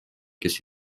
kes